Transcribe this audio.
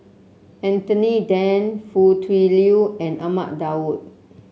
Anthony Then Foo Tui Liew and Ahmad Daud